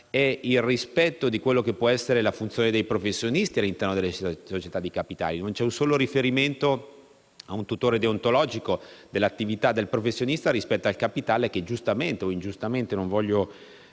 il rispetto della funzione dei professionisti all'interno delle società di capitali. Non c'è un solo riferimento a un tutore deontologico dell'attività del professionista rispetto al capitale che giustamente o ingiustamente - non voglio